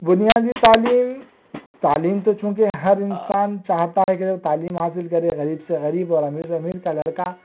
بنیادی تعلیم تعلیم تو چونکہ ہر انسان چاہتا ہے کہ وہ تعلیم حاصل کرے غریب سے غریب اور امیر سے امیر کا لڑکا